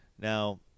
Now